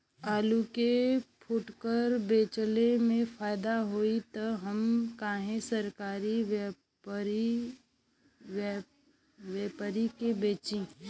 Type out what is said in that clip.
आलू के फूटकर बेंचले मे फैदा होई त हम काहे सरकारी व्यपरी के बेंचि?